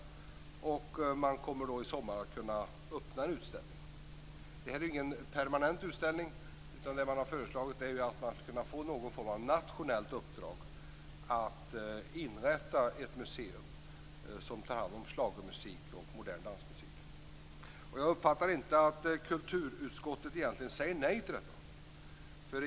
I sommar kommer man att kunna öppna en utställning. Det blir ingen permanent utställning, utan man har föreslagit någon form av nationellt uppdrag att inrätta ett museum som tar hand om schlagermusik och modern dansmusik. Jag uppfattar inte att kulturutskottet egentligen säger nej till detta.